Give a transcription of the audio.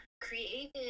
created